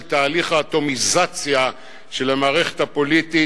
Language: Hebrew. תהליך האטומיזציה של המערכת הפוליטית,